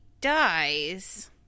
dies